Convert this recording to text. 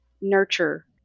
nurture